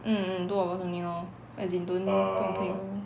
mm mm two of us only lor as in don't